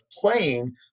playing